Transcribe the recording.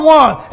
one